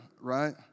right